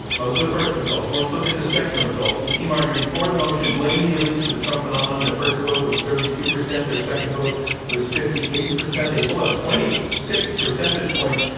those are the first results. let's look at the second results. the team arguing for the motion blame the elites for the trump phenomenon, their first vote was thirty two percent, their second vote was fifty eight percent. they pulled up twenty six percentage points.